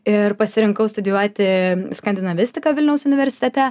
ir pasirinkau studijuoti skandinavistiką vilniaus universitete